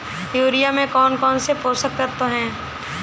Urea में कौन कौन से पोषक तत्व है?